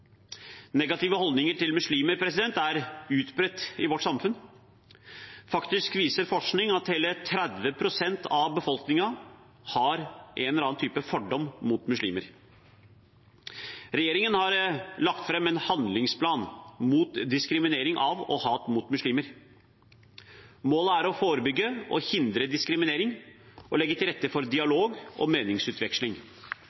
Negative holdninger til muslimer er utbredt i vårt samfunn. Faktisk viser forskning at hele 30 pst. av befolkningen har en eller annen type fordom mot muslimer. Regjeringen har lagt fram en handlingsplan mot diskriminering av og hat mot muslimer. Målet er å forebygge og hindre diskriminering og legge til rette for